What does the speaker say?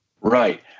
Right